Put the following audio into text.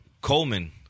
Coleman